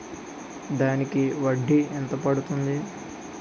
దానికి వడ్డీ ఎంత పడుతుంది?